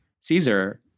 Caesar